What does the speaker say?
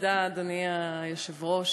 אדוני היושב-ראש,